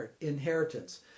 inheritance